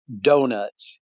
Donuts